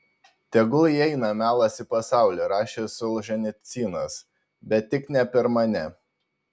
tegul įeina melas į pasaulį rašė solženicynas bet tik ne per mane